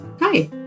Hi